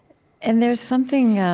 and there's something